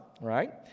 right